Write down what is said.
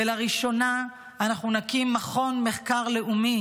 ולראשונה אנחנו נקים מכון מחקר לאומי